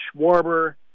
Schwarber